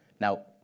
Now